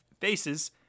faces